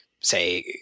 say